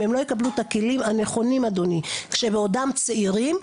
אם הם לא יקבלו את הכלים הנכונים כשבעודם צעירים,